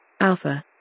Alpha